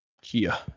Kia